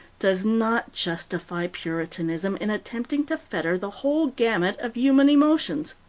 does not justify puritanism in attempting to fetter the whole gamut of human emotions.